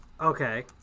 Okay